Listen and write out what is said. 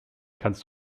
kannst